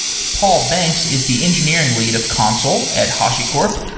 paul banks is the engineering lead of consul at hashicorp.